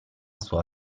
sua